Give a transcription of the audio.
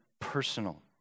personal